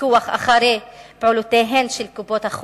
בפיקוח על פעולותיהן של קופות-החולים,